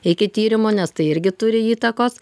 iki tyrimo nes tai irgi turi įtakos